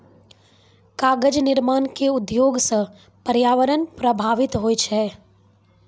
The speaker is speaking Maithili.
कागज निर्माण क उद्योग सँ पर्यावरण प्रभावित होय छै